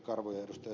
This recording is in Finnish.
karvo ja ed